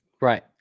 Right